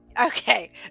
Okay